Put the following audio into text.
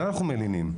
מלינים.